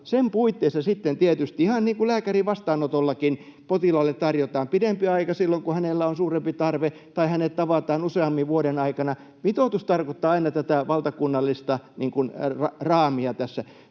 sitten tietysti, ihan niin kuin lääkärin vastaanotollakin, potilaalle tarjotaan pidempi aika silloin kun hänellä on suurempi tarve tai hänet tavataan useammin vuoden aikana. Mitoitus tarkoittaa aina tätä valtakunnallista raamia tässä.